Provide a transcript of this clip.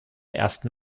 ersten